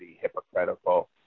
hypocritical